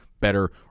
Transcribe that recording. better